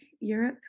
Europe